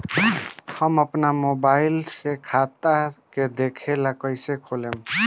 हम आपन मोबाइल से खाता के देखेला कइसे खोलम?